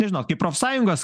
nežinau kaip profsąjungo